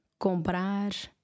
Comprar